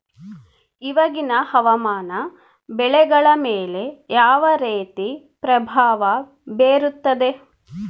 ಇವಾಗಿನ ಹವಾಮಾನ ಬೆಳೆಗಳ ಮೇಲೆ ಯಾವ ರೇತಿ ಪ್ರಭಾವ ಬೇರುತ್ತದೆ?